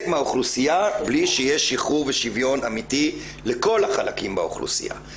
מהאוכלוסייה בלי שיהיה שחרור ושוויון אמיתי לכל החלקים באוכלוסייה.